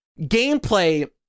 gameplay